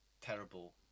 terrible